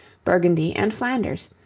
burgundy, and flanders,